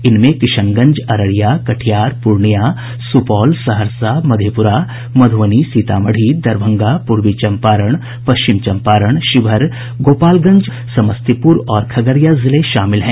इनमें किशनगंज अररिया कटिहार पूर्णियां सुपौल सहरसा मधेपुरा मधुबनी सीतामढ़ी दरभंगा पूर्वी चम्पारण पश्चिम चम्पारण शिवहर गोपालगंज मुजफ्फरपुर समस्तीपुर और खगड़िया जिले शामिल हैं